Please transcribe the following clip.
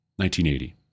1980